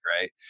right